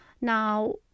Now